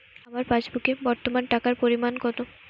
আমার পাসবুকে বর্তমান টাকার পরিমাণ কত?